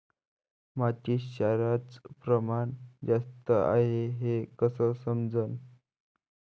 मातीत क्षाराचं प्रमान जास्त हाये हे कस समजन?